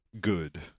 good